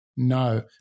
No